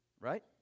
right